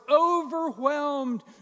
overwhelmed